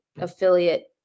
affiliate